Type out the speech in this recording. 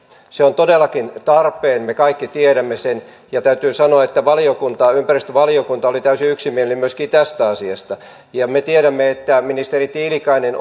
se on todellakin tarpeen me kaikki tiedämme sen ja täytyy sanoa että ympäristövaliokunta oli täysin yksimielinen myöskin tästä asiasta ja me tiedämme että ministeri tiilikainen